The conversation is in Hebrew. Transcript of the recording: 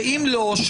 ואם לא,